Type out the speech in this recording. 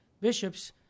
bishops